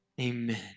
amen